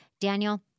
Daniel